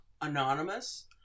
Anonymous